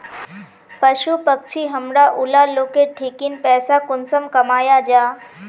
पशु पक्षी हमरा ऊला लोकेर ठिकिन पैसा कुंसम कमाया जा?